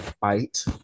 fight